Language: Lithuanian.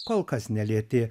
kol kas nelietė